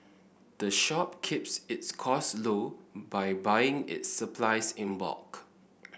the shop keeps its costs low by buying its supplies in bulk